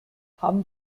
haben